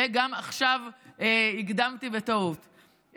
וגם עכשיו הקדמתי בטעות.